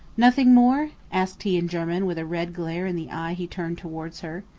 nothing more? asked he in german with a red glare in the eye he turned towards her.